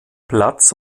platz